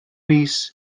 mis